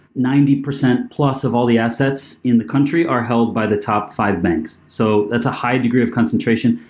ninety percent plus of all the assets in the country are held by the top five banks. so that's a high degree of concentration.